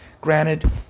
Granted